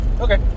Okay